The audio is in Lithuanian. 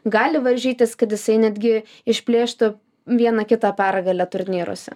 gali varžytis kad jisai netgi išplėštų vieną kitą pergalę turnyruose